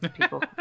people